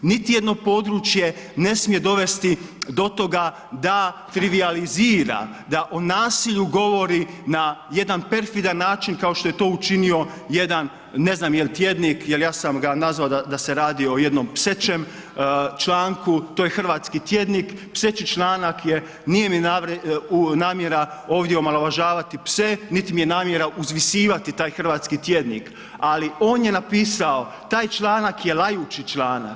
Niti jedno područje ne smije dovesti do toga da trivijalizira, da o nasilju govori na jedan perfidan način kao što je to učinio jedan, ne znam je li tjednik jer ja sam ga nazvao da se radi o jednom psećem članku, to je Hrvatski tjednik, pseći članak je, nije mi namjera ovdje omalovažavati pse, niti mi je namjera uzvisivati taj hrvatski tjednik ali on je napisao, taj članak je lajući članak.